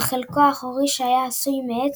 אך חלקו האחורי, שהיה עשוי מעץ,